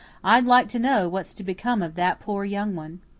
i'd like to know what's to become of that poor young one!